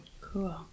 cool